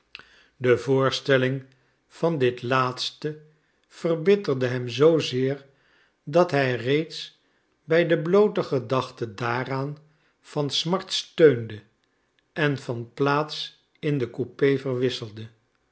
de voorstelling van dit laatste verbitterde hem zoozeer dat hij reeds bij de bloote gedachte daaraan van smart steunde en van plaats in de coupé verwisselde